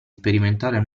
sperimentare